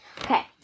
Okay